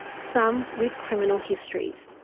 some with criminal histories.